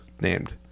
named